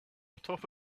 atop